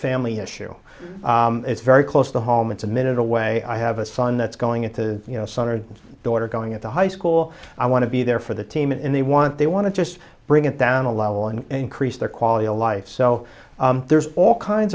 family issue it's very close to home it's a minute away i have a son that's going to you know son or daughter going into high school i want to be there for the team in they want they want to just bring it down a level and increase their quality of life so there's all kinds